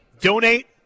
donate